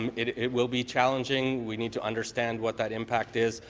um it it will be challenging. we need to understand what that impact is,